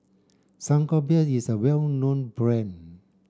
Sangobion is a well known brand